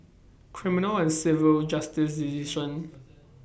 Civil and Criminal Justice Division